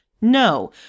No